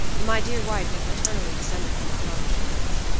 my dear wife was maternally descended from the karnsteins.